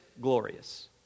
glorious